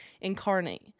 incarnate